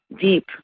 deep